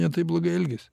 ne taip blogai elgiasi